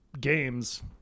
games